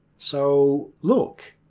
so look,